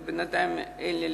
ובינתיים אלה,